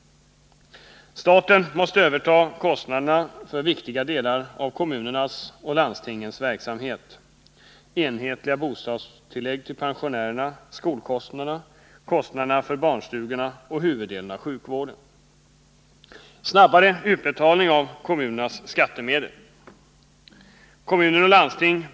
Staten måste överta kostnaderna för viktiga delar av kommunernas och landstingens verksamhet . Snabbare utbetalning av kommunernas skattemedel.